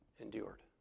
endured